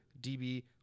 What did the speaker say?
DB